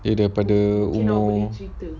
dia daripada umur